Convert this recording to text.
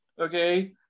okay